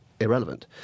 irrelevant